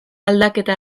aldaketa